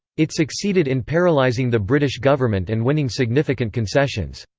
it succeeded in paralysing the british government and winning significant concessions.